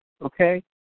Okay